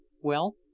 Well